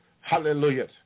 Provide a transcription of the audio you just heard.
Hallelujah